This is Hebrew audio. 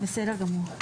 בסדר גמור.